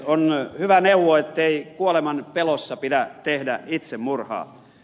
on hyvä neuvo ettei kuolemanpelossa pidä tehdä itsemurhaa